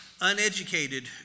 uneducated